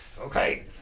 Okay